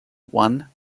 one